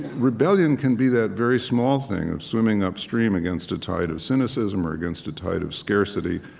rebellion can be that very small thing of swimming upstream against a tide of cynicism or against a tide of scarcity,